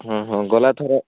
ହୁଁ ହଁ ଗଲାଥର